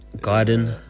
Garden